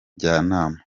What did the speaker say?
njyanama